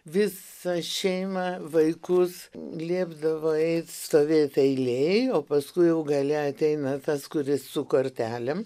visa šeima vaikus liepdavo eit stovėt eilėj o paskui jau gale ateina tas kuris su kortelėm